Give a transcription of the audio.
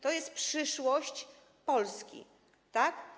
To jest przyszłość Polski, tak?